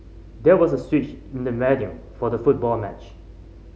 there was a switch in the venue for the football match